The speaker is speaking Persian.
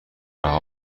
رها